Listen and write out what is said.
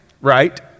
right